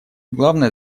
главная